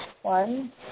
One